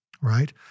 right